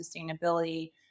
sustainability